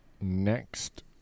next